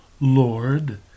Lord